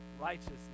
righteousness